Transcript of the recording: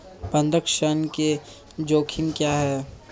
बंधक ऋण के जोखिम क्या हैं?